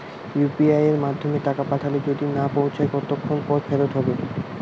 UPI য়ের মাধ্যমে টাকা পাঠালে যদি না পৌছায় কতক্ষন পর ফেরত হবে?